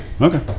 Okay